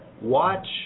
watch